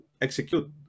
execute